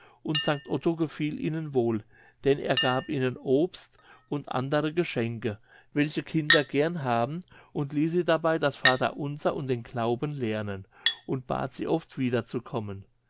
und st otto gefiel ihnen wohl denn er gab ihnen obst und andere geschenke welche kinder gern haben und ließ sie dabei das vaterunser und den glauben lernen und bat sie oft